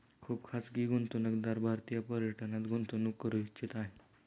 खुप खाजगी गुंतवणूकदार भारतीय पर्यटनात गुंतवणूक करू इच्छित आहे